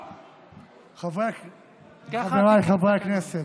למה, ככה, חבריי חברי הכנסת,